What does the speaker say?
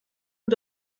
und